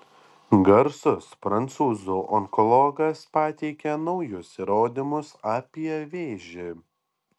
garsus prancūzų onkologas pateikia naujus įrodymus apie vėžį